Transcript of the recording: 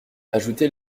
ajoutez